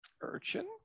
Urchin